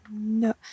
no